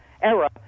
era